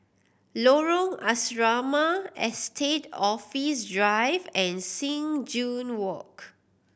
Lorong Asrama Estate Office Drive and Sing Joo Walk